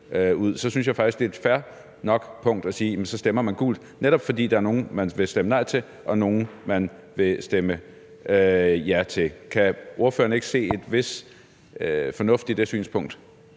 ud, synes jeg faktisk, at det er fair nok at sige, at man stemmer gult, netop fordi der er nogle, man vil stemme nej til, og nogle, man vil stemme ja til. Kan ordføreren ikke se en vis fornuft i det synspunkt?